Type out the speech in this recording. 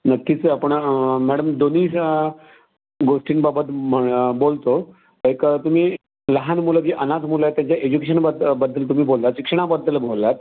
नक्कीच आपण मॅडम दोन्हीच्या गोष्टींबाबत म्ह बोलतो एक तुम्ही लहान मुलं जे अनाथ मुलं आहेत त्यांच्या एज्युकेशन बद्द बद्दल तुम्ही बोललात शिक्षणाबद्दल बोललात